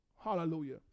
Hallelujah